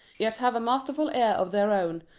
yet have a masterful air of their own,